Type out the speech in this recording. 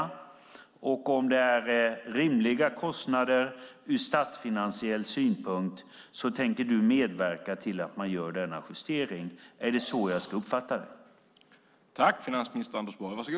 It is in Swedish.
Om det är rimliga kostnader ur statsfinansiell synpunkt tänker du medverka till att man gör denna justering. Är det så jag ska uppfatta dig?